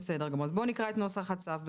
בסדר גמור אז בואו נקרא את נוסח הצו,